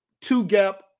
two-gap